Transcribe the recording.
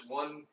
one